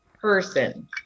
person